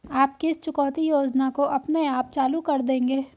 आप किस चुकौती योजना को अपने आप चालू कर देंगे?